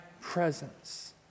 presence